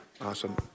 Awesome